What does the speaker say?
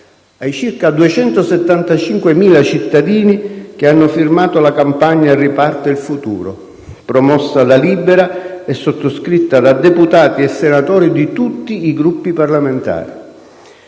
ai circa 275.000 cittadini che hanno firmato la campagna «Riparte il futuro», promossa da Libera e sottoscritta da deputati e senatori di tutti i Gruppi parlamentari.